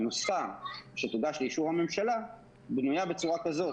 מה שיוגש לאישור הממשלה בנויה בצורה כזו,